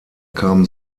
kam